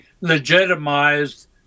legitimized